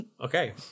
Okay